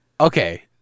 Okay